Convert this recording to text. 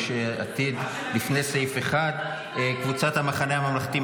עתיד לפני סעיף 1. קבוצת המחנה הממלכתי,